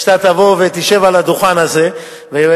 שאתה תבוא ותשב על הדוכן הזה ותגיד,